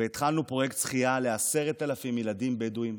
והתחלנו פרויקט שחייה ל-10,000 ילדים בדואים,